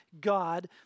God